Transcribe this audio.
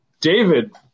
David